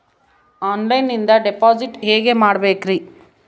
ಆನ್ಲೈನಿಂದ ಡಿಪಾಸಿಟ್ ಹೇಗೆ ಮಾಡಬೇಕ್ರಿ?